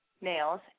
nails